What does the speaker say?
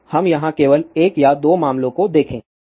तो हम यहां केवल 1 या 2 मामलों को देखें